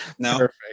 perfect